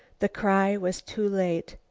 the cry was too late.